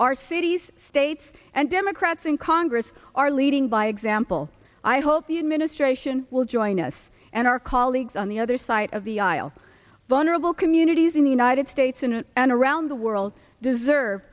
our cities states and democrats in congress are leading by example i hope you ministration will join us and our colleagues on the other side of the aisle vulnerable communities in the united states senate and around the world deserve